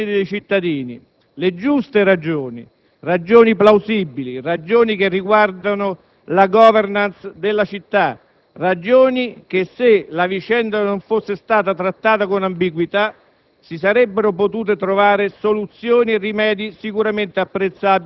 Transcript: senatore De Gregorio. Abbiamo potuto ascoltare le ragioni dei cittadini, ragioni giuste, ragioni, plausibili, che riguardano la *governance* della città. Se la vicenda non fosse stata trattata con ambiguità,